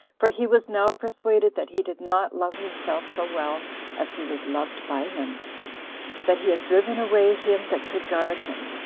for he was now persuaded that he did not love himself so well as he was loved by him that he had driven away him that could guard him,